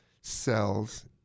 cells